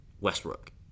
Westbrook